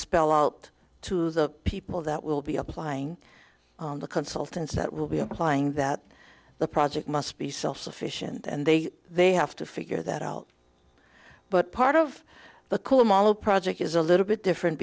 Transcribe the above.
spell out to the people that will be applying the consultants that will be implying that the project must be self sufficient and they they have to figure that out but part of the cool model project is a little bit different